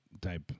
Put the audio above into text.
type